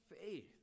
faith